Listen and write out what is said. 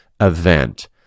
event